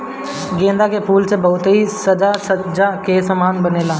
गेंदा के फूल से बहुते साज सज्जा के समान बनेला